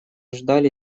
ждали